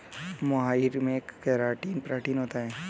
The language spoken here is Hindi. मोहाइर में केराटिन प्रोटीन होता है